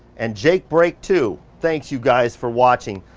and jake brake too, thanks you guys for watching.